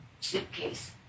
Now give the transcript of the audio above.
suitcase